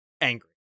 angry